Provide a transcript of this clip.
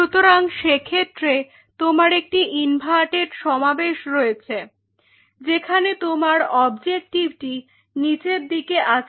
সুতরাং সে ক্ষেত্রে তোমার একটি ইনভার্টেড সমাবেশ রয়েছে যেখানে তোমার অবজেক্টিভটি নিচের দিকে আছে